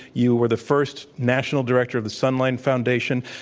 you were the first national director of the sunlight foundation.